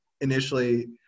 initially